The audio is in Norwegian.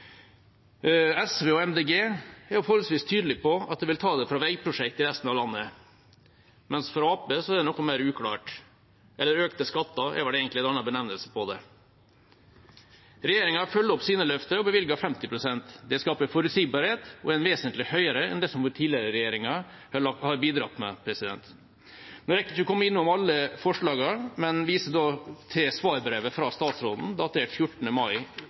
SV og Miljøpartiet De Grønne er forholdsvis tydelige på at de vil ta dem fra veiprosjekter i resten av landet, mens det for Arbeiderpartiet er noe mer uklart. Økte skatter er vel egentlig en annen benevnelse på det. Regjeringa følger opp sine løfter og bevilger 50 pst. Det skaper forutsigbarhet og er vesentlig høyere enn det tidligere regjeringer har bidratt med. Nå rekker jeg ikke å komme innom alle forslagene, men viser til svarbrevet fra statsråden, datert 14. mai